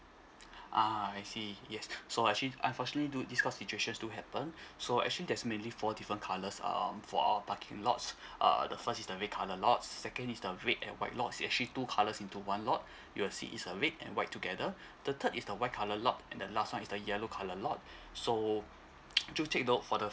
ah I see yes so actually unfortunately do these kind of situations do happen so actually there's mainly four different colours um for our parking lots err the first is the red colour lots second is the red and white lots it's actually two colours into one lot you'll see is a red and white together the third is the white colour lot and the last one is the yellow colour lot so do take note for the